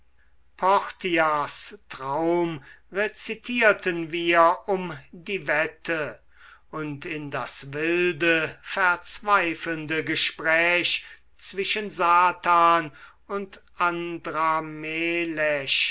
traum rezitierten wir um die wette und in das wilde verzweifelnde gespräch zwischen satan und